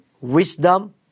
wisdom